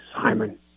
Simon